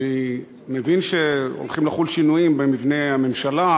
אני מבין שהולכים לחול שינויים במבנה הממשלה,